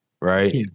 Right